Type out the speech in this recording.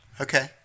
okay